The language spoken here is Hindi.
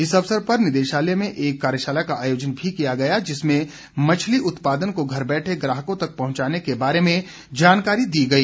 इस अवसर पर निदेशालय में एक कार्यशाला का आयोजन भी किया गया जिसमें मछली उत्पादन को घर बैठे ग्राहकों तक पहुंचाने के बारे में जानकारी दी गई